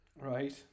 Right